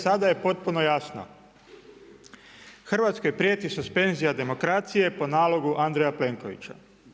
Sada je potpuno jasno, Hrvatskoj prijeti suspenzija demokracije, po nalogu Andreja Plenkovića.